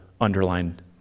underlined